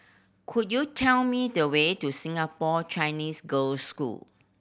could you tell me the way to Singapore Chinese Girls' School